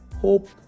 hope